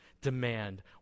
demand